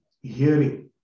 hearing